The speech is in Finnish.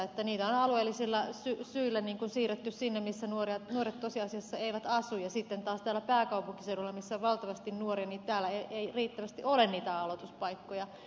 niitä on alueellisilla syillä siirretty sinne missä nuoret tosiasiassa eivät asu ja sitten taas täällä pääkaupunkiseudulla missä on valtavasti nuoria ei riittävästi ole niitä aloituspaikkoja